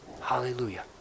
Hallelujah